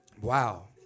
Wow